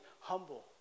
humble